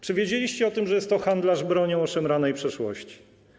Czy wiedzieliście o tym, że jest to handlarz bronią o szemranej przeszłości?